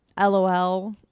lol